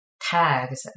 tags